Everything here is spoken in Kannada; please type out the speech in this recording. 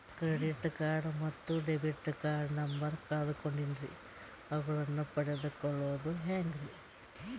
ಕ್ರೆಡಿಟ್ ಕಾರ್ಡ್ ಮತ್ತು ಡೆಬಿಟ್ ಕಾರ್ಡ್ ನಂಬರ್ ಕಳೆದುಕೊಂಡಿನ್ರಿ ಅವುಗಳನ್ನ ಪಡೆದು ಕೊಳ್ಳೋದು ಹೇಗ್ರಿ?